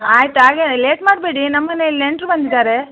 ಆಯಿತು ಹಾಗೆ ಲೇಟ್ ಮಾಡಬೇಡಿ ನಮ್ಮ ಮನೇಲ್ಲಿ ನೆಂಟರು ಬಂದಿದ್ದಾರೆ